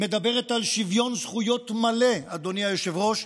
מדברת על שוויון זכויות מלא, אדוני היושב-ראש,